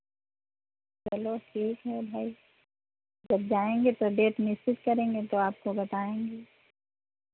चलो ठीक है भाई जब जाएँगे तो डेट निश्चित करेंगे तो आपको बताएँगे